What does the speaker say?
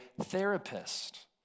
therapist